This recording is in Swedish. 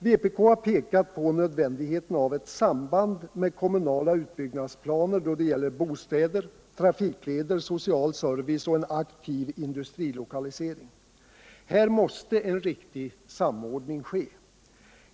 Vpk har pekat på nödvändigheten av ett samband med kommunala utbyggnadsplaner då det gäller bostäder, trafikleder, social service och aktiv industrilokalisering. Här måste en riktig samordning ske.